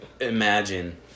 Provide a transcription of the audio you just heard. Imagine